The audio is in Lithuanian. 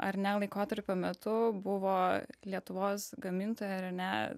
ar ne laikotarpio metu buvo lietuvos gamintojai ar ne